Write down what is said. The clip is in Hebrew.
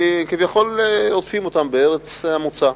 כי כביכול רודפים אותם בארץ המוצא.